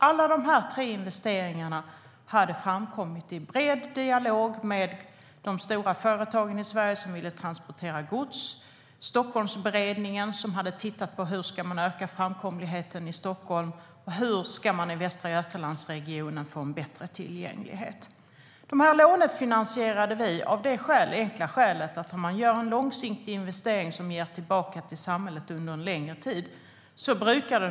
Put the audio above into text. Alla dessa tre investeringar hade framkommit i bred dialog med de stora företag i Sverige som ville transportera gods. Stockholmsberedningen hade tittat på hur man skulle öka framkomligheten i Stockholm, och man hade tittat på hur man skulle få bättre tillgänglighet i Västra Götalandsregionen. Vi lånefinansierade dessa projekt av det enkla skälet att det normalt är rimligt att amortera efter hand om man gör en långsiktig investering som ger tillbaka till samhället under en längre tid.